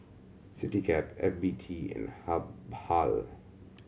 Citycab F B T and Habhal